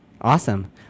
awesome